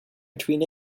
between